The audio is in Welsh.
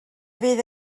fydd